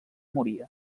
moria